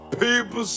People